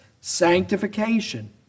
sanctification